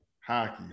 Hockey